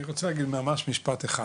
אני רוצה להגיד ממש משפט אחד,